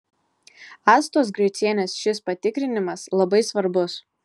astos gricienės šis patikrinimas labai svarbus